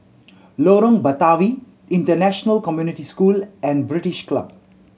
Lorong Batawi International Community School and British Club